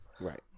Right